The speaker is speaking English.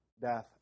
death